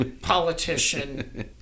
politician